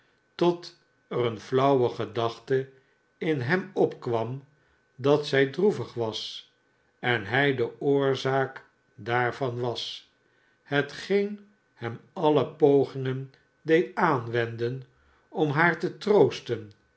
tot er eene flauwe gedachte in hem opkwam dat zij droevig was en bij de oorzaak daarvan was hetgeen hem alle pogingen deed aanwenden om haar te troosten